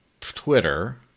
Twitter